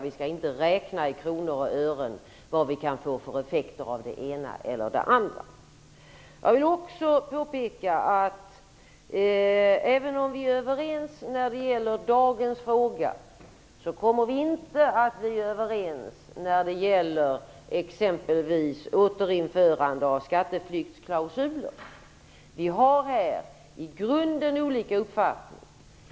Vi skall inte räkna i kronor och ören vad vi kan få för effekter av det ena eller det andra. Jag vill också påpeka, även om vi är överens när det gäller dagens fråga, att vi inte kommer att bli överens t.ex. när det gäller återinförande av skatteflyktsklausulen. Här har vi i grunden olika uppfattningar.